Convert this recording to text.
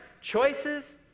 choices